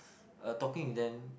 uh talking to them